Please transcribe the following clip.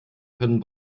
können